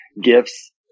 gifts